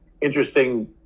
interesting